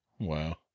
Wow